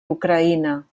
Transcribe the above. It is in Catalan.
ucraïna